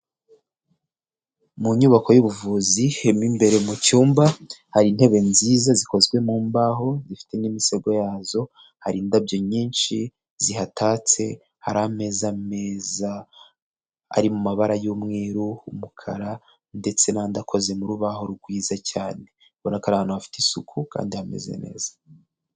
Mu nyubako y'ubuvuzi ihema imbere mu cyumba hari intebe nziza zikozwe mu mbaho zifite n'imisego yazo ,hari indabyo nyinshi zihatatse ,hari ameza meza ari mu mabara y'umweru ,umukara ndetse nandi akoze mu rubaho rwiza cyane ubona ko ari ahantu hafite isuku kandi hameze neza.